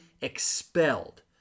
expelled